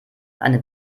eine